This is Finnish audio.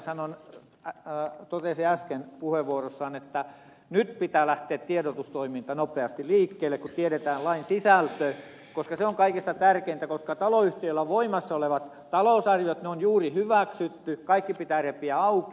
kalmari totesi äsken puheenvuorossaan pitää tiedotustoiminnan lähteä nopeasti liikkeelle koska se on kaikista tärkeintä koska taloyhtiöillä on voimassa olevat talousarviot ne on juuri hyväksytty kaikki pitää repiä auki